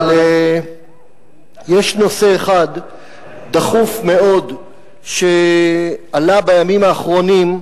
אבל יש נושא אחד דחוף מאוד שעלה בימים האחרונים,